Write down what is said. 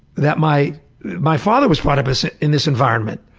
that my my father was brought up so in this environment.